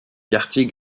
quartier